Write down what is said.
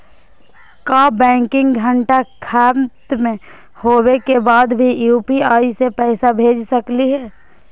का बैंकिंग घंटा खत्म होवे के बाद भी यू.पी.आई से पैसा भेज सकली हे?